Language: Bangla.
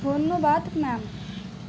ধন্যবাদ ম্যাম